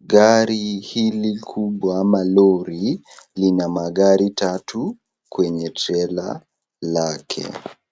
Gari hili kubwa ama lori lina magari tatu kwenye trela lake.